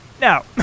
Now